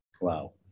Wow